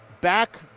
back